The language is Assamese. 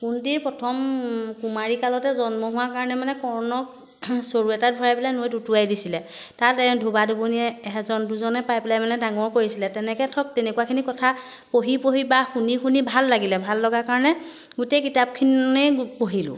কুন্তিৰ প্ৰথম কুমাৰী কালতে জন্ম হোৱাৰ কাৰণে মানে কৰ্ণক চৰু এটাত ভৰাই পেলাই নৈত উতুৱাই দিছিলে তাত ধুবাদুবনীয়ে এজন দুজনে পাই পেলাই মানে ডাঙৰ কৰিছিলে তেনেকৈ ধৰক তেনেকুৱাখিনি কথা পঢ়ি পঢ়ি বা শুনি শুনি ভাল লাগিলে ভাল লগা কাৰণে গোটেই কিতাপখনেই পঢ়িলোঁ